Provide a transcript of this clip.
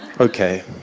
Okay